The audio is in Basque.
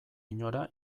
inora